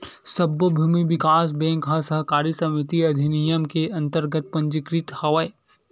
सब्बो भूमि बिकास बेंक ह सहकारी समिति अधिनियम के अंतरगत पंजीकृत हवय